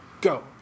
go